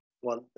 one